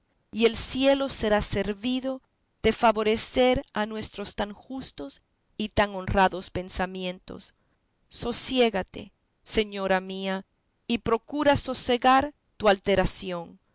y el cielo será servido de favorecer a nuestros tan justos y tan honrados pensamientos sosiégate señora mía y procura sosegar tu alteración